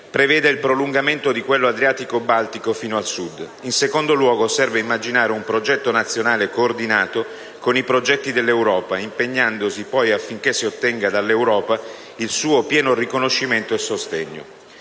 preveda il prolungamento di quello Adriatico-Baltico fino al Sud. In secondo luogo, serve immaginare un progetto nazionale coordinato con i progetti dell'Europa, impegnandosi poi affinché si ottenga da questa il suo pieno riconoscimento e sostegno.